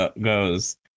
goes